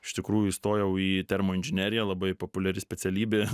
iš tikrųjų įstojau į termoinžineriją labai populiari specialybė